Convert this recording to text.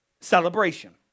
Celebration